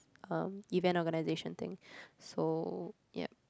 um event organisation thing so yup